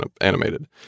animated